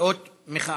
לאות מחאה.